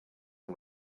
and